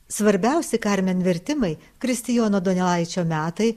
svarbiausi karmen vertimai kristijono donelaičio metai